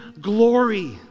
glory